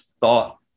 thought